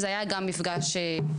זה היה גם מפגש חברי,